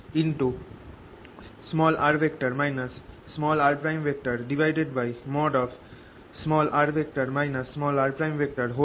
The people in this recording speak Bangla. r r